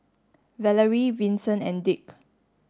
Valarie Vinson and Dick